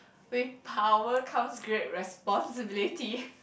with power comes great responsibility